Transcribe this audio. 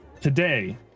today